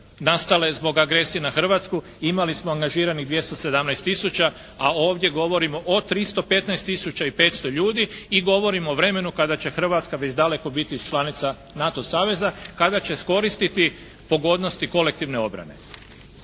nastale zbog agresije na Hrvatsku imali smo angažiranih 217 tisuća, a ovdje govorimo o 315 tisuća i 500 ljudi i govorimo o vremenu kada će Hrvatska već daleko biti članica NATO saveza, kada će koristiti pogodnosti kolektivne obrane.